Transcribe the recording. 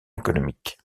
économique